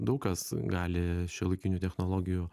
daug kas gali šiuolaikinių technologijų